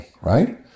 right